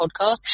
podcast